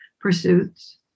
pursuits